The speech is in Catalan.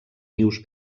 nius